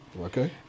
Okay